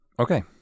Okay